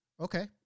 Okay